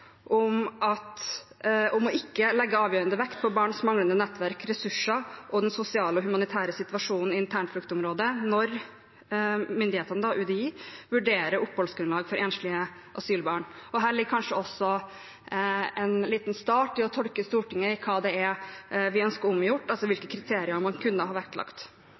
om ikke å legge avgjørende vekt på barns manglende nettverk, ressurser og den sosiale, humanitære situasjonen i internfluktområdet når myndighetene, ved UDI, vurderer oppholdsgrunnlag for enslige asylbarn. Her ligger kanskje også en liten start i å tolke Stortinget i hva det er vi ønsker omgjort, altså hvilke kriterier man kunne ha vektlagt.